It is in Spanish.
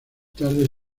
tarde